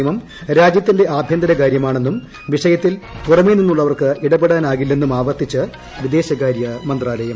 പൌരത്വ ഭേദഗതി നിയമം രാജ്യത്തിന്റെ ആഭ്യന്തരകാര്യമാണെന്നും വിഷയത്തിൽ പുറമേ നിന്നുള്ളവർക്ക് ഇടപെടാനാകില്ലെന്നും ആവർത്തിച്ച് വിദേശകാര്യമന്ത്രാലയം